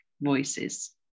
voices